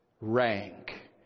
rank